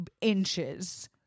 inches